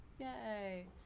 Yay